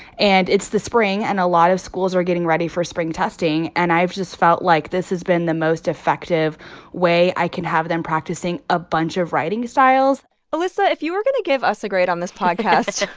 and it's the spring, and a lot of schools are getting ready for spring testing. and i've just felt like this has been the most effective way i can have them practicing a bunch of writing styles elissa, if you were going to give us a grade on this podcast,